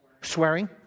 Swearing